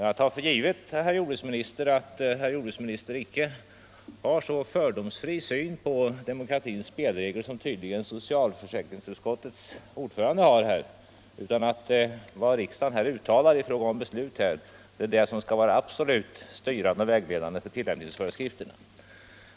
Jag tar för givet att herr jordbruksministern inte har så fördomsfri syn på demokratins spelregler som tydligen socialförsäkringsutskottets ordförande har utan att vad riksdagen uttalar genom sitt beslut skall vara absolut styrande och vägledande för tillämpningsföreskrifterna.